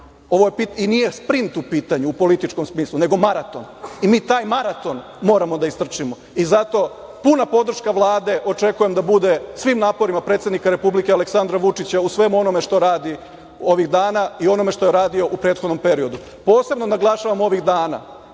i nije sprint u pitanju u političkom smislu, nego maraton. Mi taj maraton moramo da istrčimo i zato puna podrška Vlade, očekujem da bude svim naporima predsednika Republike, Aleksandra Vučića, u svemu onome što radi ovih dana i onome što je radio u prethodnom periodu. Posebno naglašavam ovih dana,